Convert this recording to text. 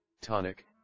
tonic